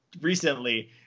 recently